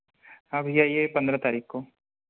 हाँ भैया यह पंद्रह तारीख को